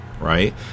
right